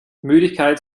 müdigkeit